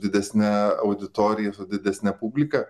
didesne auditorija su didesne publika